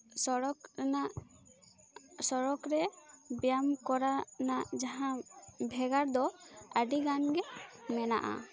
ᱥᱚᱲᱚᱠ ᱨᱮᱱᱟᱜ ᱥᱚᱲᱚᱠ ᱨᱮ ᱵᱮᱭᱟᱢ ᱠᱚᱨᱮᱱᱟᱜ ᱡᱟᱦᱟᱸ ᱵᱷᱮᱜᱟᱨ ᱫᱚ ᱟ ᱰᱤᱜᱟᱱ ᱜᱮ ᱢᱮᱱᱟᱜᱼᱟ